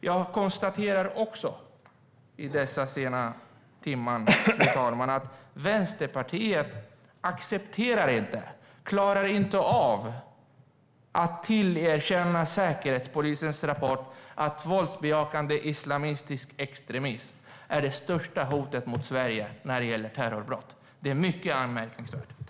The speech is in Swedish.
Jag konstaterar också, i denna sena timma, att Vänsterpartiet inte accepterar, inte klarar av att sätta tilltro till, Säkerhetspolisens rapport att våldsbejakande islamistisk extremism är det största hotet mot Sverige när det gäller terrorbrott. Det är mycket anmärkningsvärt.